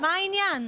מה העניין?